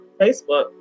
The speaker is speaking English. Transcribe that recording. Facebook